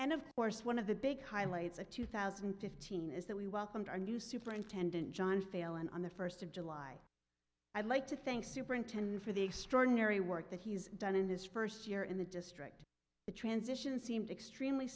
and of course one of the big highlights of two thousand and fifteen is that we welcomed our new superintendent john failon on the first of july i'd like to thank superintendent for the extraordinary work that he's done in his first year in the district the transition seemed extremely